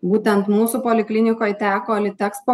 būtent mūsų poliklinikoj teko litexpo